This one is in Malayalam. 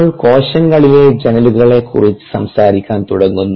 നമ്മൾ കോശങ്ങളിലെ ജനലുകളെ കുറിച്ചു സംസാരിക്കാൻ തുടങ്ങുന്നു